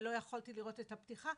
ולא יכולתי לראות את הפתיחה,